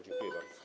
Dziękuję bardzo.